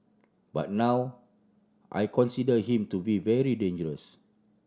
but now I consider him to be very dangerous